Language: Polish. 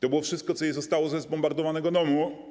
To było wszystko, co jej zostało ze zbombardowanego domu.